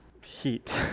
Heat